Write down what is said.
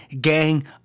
Gang